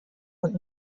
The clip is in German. und